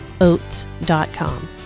Oats.com